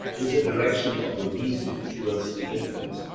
is the direction of the reason towards the infinite,